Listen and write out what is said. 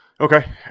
Okay